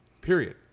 period